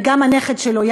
וגם הנכד שלו,